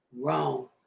Wrong